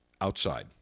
outside